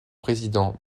président